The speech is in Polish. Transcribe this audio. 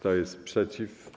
Kto jest przeciw?